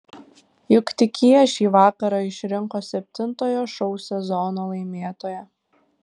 juk tik jie šį vakarą išrinko septintojo šou sezono laimėtoją